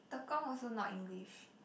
Tekong also not English